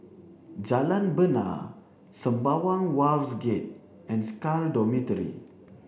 Jalan Bena Sembawang Wharves Gate and SCAL Dormitory